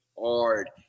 hard